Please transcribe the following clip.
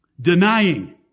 Denying